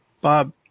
Bob